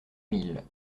mille